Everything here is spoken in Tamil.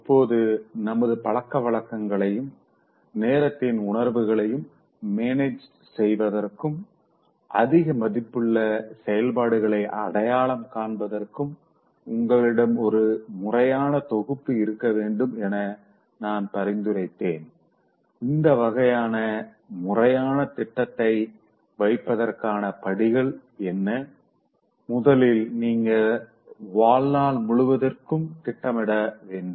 இப்போது நமது பழக்கவழக்கங்களையும் நேரத்தின் உணர்வுகளையும் மேனேஜ்செய்வதற்கும் அதிக மதிப்புள்ள செயல்பாடுகளை அடையாளம் காண்பதற்கும் உங்களிடம் ஒரு முறையான தொகுப்பு இருக்க வேண்டும் என்று நான் பரிந்துரைத்தேன் அந்த வகையான முறையான திட்டத்தை வைத்திருப்பதற்கான படிகள் என்ன முதலில் நீங்க வாழ்நாள் முழுவதற்கும் திட்டமிட வேண்டும்